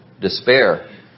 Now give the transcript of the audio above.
despair